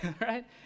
right